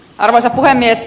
arvoisa puhemies